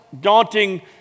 daunting